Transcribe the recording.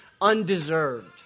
undeserved